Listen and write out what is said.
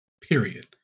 period